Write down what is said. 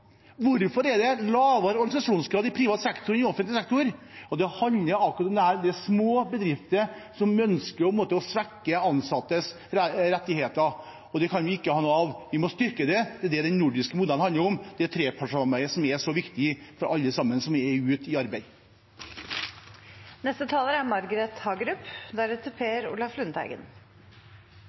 Hvorfor er det lavere organisasjonsgrad i privat sektor enn i offentlig sektor? Det handler om akkurat dette: små bedrifter som ønsker å svekke de ansattes rettigheter. Det kan vi ikke ha noe av. Vi må styrke dem. Det er det den nordiske modellen handler om – trepartssamarbeidet, som er så viktig for alle som er i